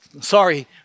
Sorry